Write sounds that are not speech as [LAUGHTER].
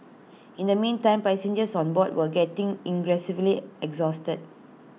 in the meantime passengers on board were getting ingressive [UNINTELLIGIBLE] exhausted